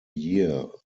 year